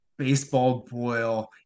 baseballboil